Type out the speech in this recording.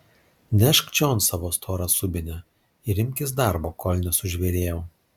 nešk čion savo storą subinę ir imkis darbo kol nesužvėrėjau